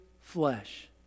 flesh